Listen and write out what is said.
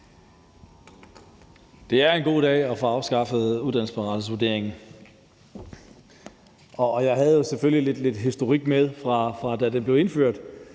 Det er en god dag at få afskaffet uddannelsesparathedsvurderingen, og jeg havde jo selvfølgelig også lidt historik med fra dengang, da det blev indført,